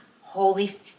holy